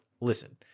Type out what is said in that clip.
listen